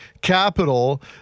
Capital